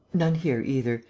none here, either.